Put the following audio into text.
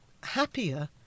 happier